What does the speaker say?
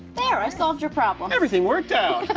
there, i solved your problems. everything worked out.